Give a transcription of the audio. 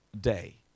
day